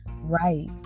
Right